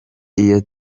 iyo